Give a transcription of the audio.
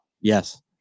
Yes